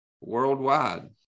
worldwide